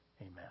Amen